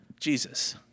Jesus